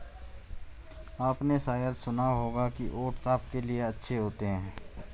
आपने शायद सुना होगा कि ओट्स आपके लिए अच्छे होते हैं